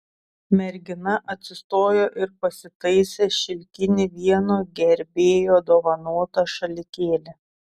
mergina atsistojo ir pasitaisė šilkinį vieno gerbėjo dovanotą šalikėlį